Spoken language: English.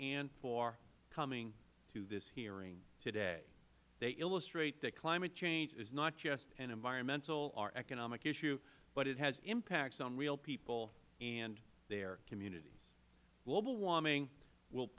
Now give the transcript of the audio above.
and for coming to this hearing today they illustrate that climate change is not just an environmental or economic issue but it has impacts on real people and their communities global warming will